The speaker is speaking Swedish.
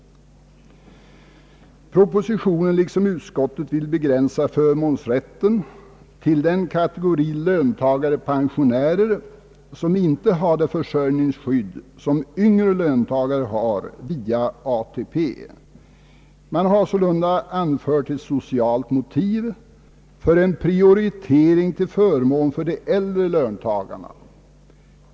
Propositionen liksom utskottet vill begränsa förmånsrätten till den kategori löntagare — pensionärer som inte har det försörjningsskydd som yngre löntagare har genom ATP. Man har sålunda anfört ett socialt motiv för en prioritering till förmån för de äldre löntagarna.